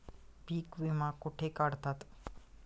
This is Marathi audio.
पीक विमा कुठे काढतात?